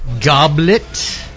goblet